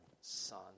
son